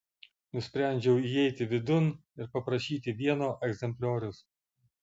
nusprendžiau įeiti vidun ir paprašyti vieno egzemplioriaus